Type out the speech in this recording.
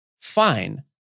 fine